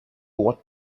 ought